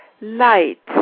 light